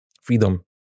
freedom